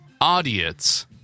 Audience